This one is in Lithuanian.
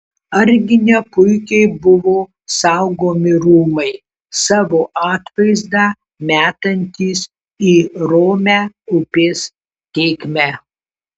argi ne puikiai buvo saugomi rūmai savo atvaizdą metantys į romią upės tėkmę